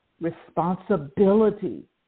responsibility